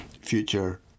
future